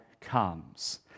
comes